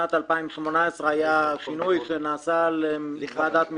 בשנת 2018 היה שינוי שנעשה לוועדת מכסות.